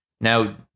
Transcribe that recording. Now